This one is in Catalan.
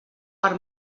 per